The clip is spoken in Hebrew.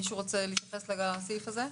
מישהו רוצה להתייחס לסעיף הזה?